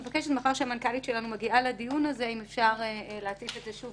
מאחר שהמנכ"לית שלנו מגיעה לדיון אני מבקשת אם אפשר להציף את זה שוב